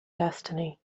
destiny